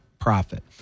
Profit